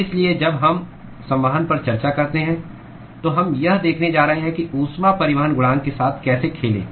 इसलिए जब हम संवहन पर चर्चा करते हैं तो हम यह देखने जा रहे हैं कि ऊष्मा परिवहन गुणांक के साथ कैसे खेलें